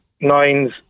nines